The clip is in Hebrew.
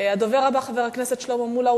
הדובר הבא, חבר הכנסת שלמה מולה.